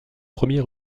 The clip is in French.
premier